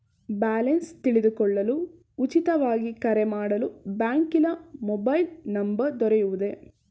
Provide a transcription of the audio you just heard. Balance ತಿಳಿದುಕೊಳ್ಳಲು ಉಚಿತವಾಗಿ ಕರೆ ಮಾಡಲು ಬ್ಯಾಂಕಿನ ಮೊಬೈಲ್ ನಂಬರ್ ದೊರೆಯುವುದೇ?